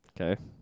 Okay